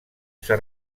s’ha